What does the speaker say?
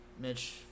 Mitch